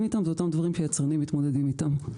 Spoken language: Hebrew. איתם אלו אותם דברים שיצרנים מתמודדים איתם.